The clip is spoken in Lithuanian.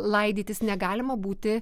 laidytis negalima būti